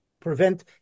prevent